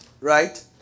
Right